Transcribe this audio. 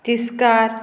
तिस्कार